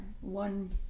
one